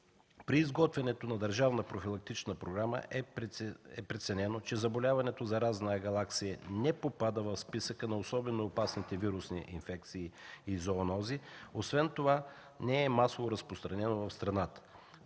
профилактична програма е преценено, че заболяването „заразна агалаксия” не попада в списъка на особено опасните вирусни инфекции и зоонози, освен това не е масово разпространено в страната.